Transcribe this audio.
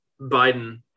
Biden